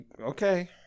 Okay